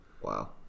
wow